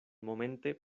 momente